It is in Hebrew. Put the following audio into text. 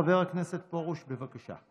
חבר הכנסת פרוש, בבקשה.